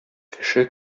кеше